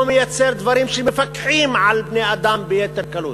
הוא מייצר דברים שמפקחים על בני-אדם ביתר קלות.